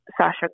Sasha